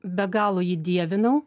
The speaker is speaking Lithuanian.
be galo jį dievinau